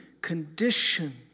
condition